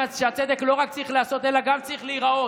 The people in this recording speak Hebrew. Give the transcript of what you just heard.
הצדק לא רק צריך להיעשות אלא גם צריך להיראות.